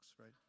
right